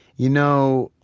you know,